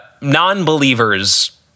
non-believers